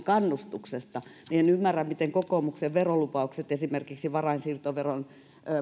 kannustuksesta niin en ymmärrä miten kokoomuksen verolupaukset esimerkiksi varainsiirtoveron